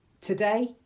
Today